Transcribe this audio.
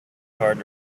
hard